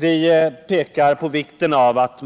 Vi pekar på vikten av att